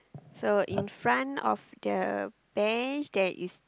so infront of the bench there is